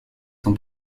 son